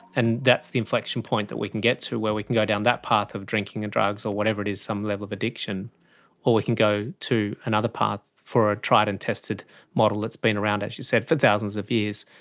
and that's the inflection point that we can get to where we can go down that path of drinking and drugs or whatever it is, some level of addiction, all we can go to another path for a tried and tested model that has been around, as you said, for thousands of years,